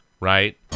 right